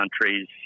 countries